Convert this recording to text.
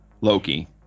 Loki